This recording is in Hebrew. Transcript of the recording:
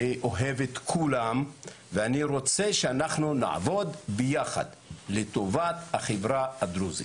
אני אוהב את כולם ואני רוצה שאנחנו נעבוד ביחד לטובת החברה הדרוזית.